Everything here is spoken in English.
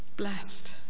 blessed